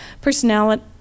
personality